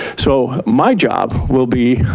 so my job will be,